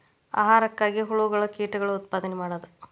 ಆಹಾರಕ್ಕಾಗಿ ಹುಳುಗಳ ಕೇಟಗಳ ಉತ್ಪಾದನೆ ಮಾಡುದು